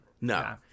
no